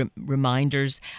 reminders